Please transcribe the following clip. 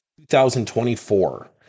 2024